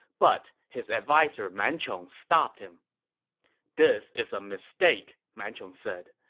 but his adviser man chong stopped him this is a mistake, man chong said.